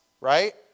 right